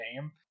name